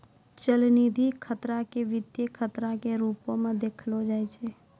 चलनिधि खतरा के वित्तीय खतरो के रुपो मे देखलो जाय छै